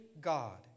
God